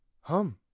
Hum